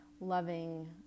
loving